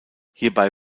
hierbei